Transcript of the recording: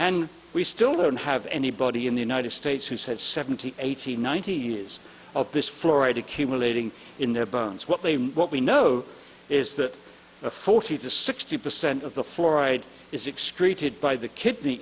and we still don't have anybody in the united states who said seventy eighty ninety years of this fluorite accumulating in their bones what they what we know is that forty to sixty percent of the fluoride is excrete hit by the kidney